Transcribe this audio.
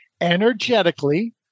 energetically